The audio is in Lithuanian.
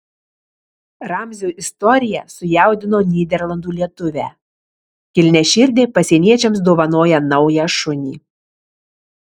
ramzio istorija sujaudino nyderlandų lietuvę kilniaširdė pasieniečiams dovanoja naują šunį